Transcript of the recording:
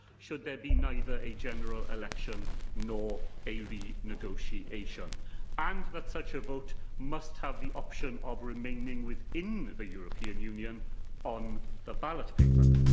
should there be neither a general election nor a renegotiation, and that such a vote must have the option of remaining within the european union on the ballot paper.